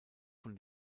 von